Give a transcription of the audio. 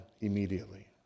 immediately